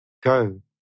Go